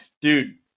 dude